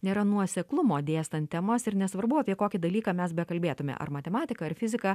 nėra nuoseklumo dėstant temas ir nesvarbu apie kokį dalyką mes bekalbėtume ar matematiką ar fiziką